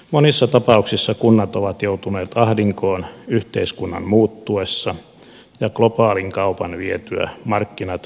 monissa tapauksissa kunnat ovat joutuneet ahdinkoon yhteiskunnan muuttuessa ja globaalin kaupan vietyä markkinat perinteisiltä tuotteilta